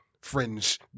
fringe